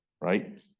right